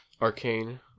Arcane